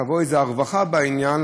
תבוא הרווחה בעניין,